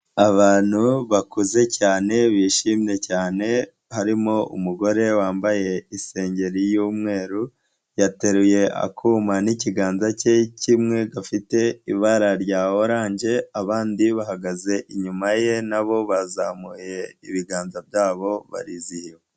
Abantu bakuze cyane bishimye cyane, harimo umugore wambaye isengeri y'umweru, yateruye akuma n'ikiganza cye kimwe, gafite ibara rya oranje, abandi bahagaze inyuma ye nabo bazamuye ibiganza byabo barizihiwe.